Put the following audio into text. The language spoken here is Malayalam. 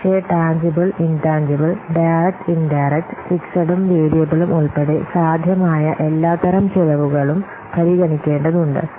പക്ഷേ ടാൻജിബിൽ ഇൻടാൻജിബിൽ ഡയറക്റ്റ് ഇൻഡയറക്റ്റ് ഫിക്സെടും വേരിയബിളും ഉൾപ്പെടെ സാധ്യമായ എല്ലാത്തരം ചെലവുകളും പരിഗണിക്കേണ്ടതുണ്ട്